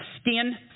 skin